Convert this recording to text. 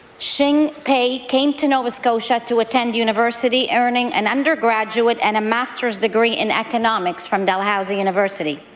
xinpei came to nova scotia to attend university, earning an undergraduate and a master's degree in economics from dalhousie university.